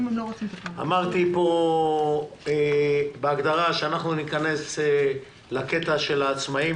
אמרתי כאן בהגדרה שאנחנו ניכנס לקטע של העצמאים